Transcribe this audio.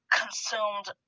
consumed